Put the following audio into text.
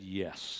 yes